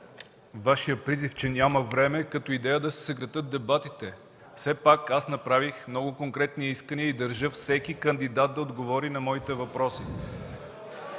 Вашия призив, че няма време като идея да се съкратят дебатите. Все пак аз направих много конкретни искания и държа всеки кандидат да отговори на моите въпроси.